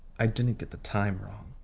i didn't get the time wrong.